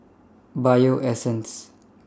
Bio Essence